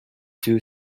two